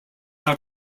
out